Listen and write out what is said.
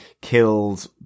killed